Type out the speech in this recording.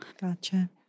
Gotcha